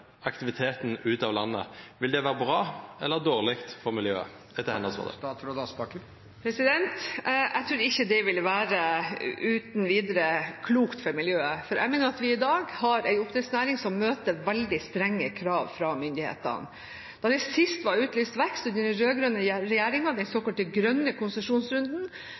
aktiviteten ut av landet. Vil det være bra eller dårlig for miljøet etter hennes vurdering? Jeg tror ikke det uten videre ville være klokt for miljøet, for jeg mener at vi i dag har en oppdrettsnæring som møter veldig strenge krav fra myndighetene. Da det sist var utlyst vekst, under den rød-grønne regjeringen, den såkalte grønne konsesjonsrunden,